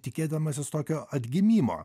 tikėdamasis tokio atgimimo